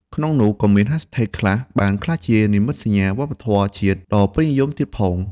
ក្នុងនោះ ក៏មានហាស់ថេក ខ្លះបានក្លាយជានិមិត្តសញ្ញាវប្បធម៌ជាតិដ៏ពេញនិយមទៀតផង។